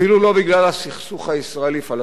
אפילו לא בגלל הסכסוך הישראלי-פלסטיני,